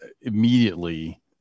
immediately